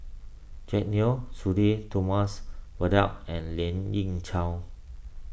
Jack Neo Sudhir Thomas and Lien Ying Chow